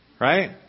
right